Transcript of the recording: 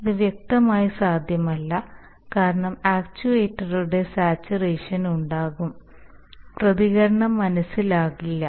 ഇത് വ്യക്തമായി സാധ്യമല്ല കാരണം ആക്യുവേറ്ററുകളുടെ സാച്ചുറേഷൻ ഉണ്ടാകും പ്രതികരണം മനസ്സിലാകില്ല